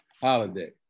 Holiday